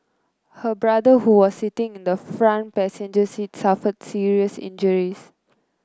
her brother who was sitting in the front passenger seat suffered serious injuries